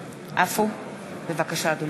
אורי אורבך, מצביע דוד